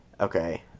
Okay